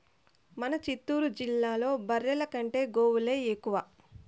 మన చిత్తూరు జిల్లాలో బర్రెల కంటే గోవులే ఎక్కువ